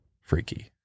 freaky